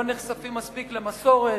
לא נחשפים מספיק למסורת.